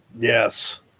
Yes